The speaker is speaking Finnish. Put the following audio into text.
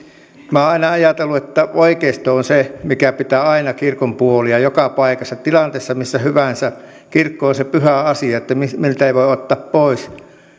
aina ajatellut että oikeisto on se mikä pitää aina kirkon puolia joka paikassa ja tilanteessa missä hyvänsä kirkko on se pyhä asia miltä ei voi ottaa pois